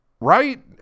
right